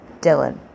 Dylan